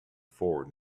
forward